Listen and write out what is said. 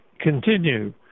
continue